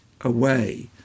away